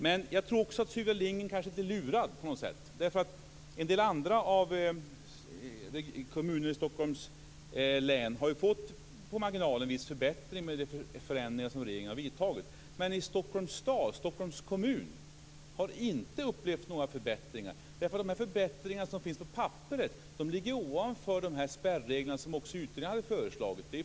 Men jag tror också att Sylvia Lindgren kanske är lite lurad. En del andra kommuner i Stockholms län har ju på marginalen fått en viss förbättring med de förändringar som regeringen har vidtagit. Men Stockholms kommun har inte upplevt några förbättringar. De förbättringar som finns på papperet ligger ovanför spärreglerna som också utredningen har föreslagit.